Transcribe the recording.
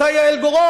אותה יעל גוראון,